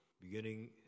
beginning